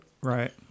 right